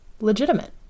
legitimate